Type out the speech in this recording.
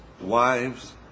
wives